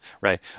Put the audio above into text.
Right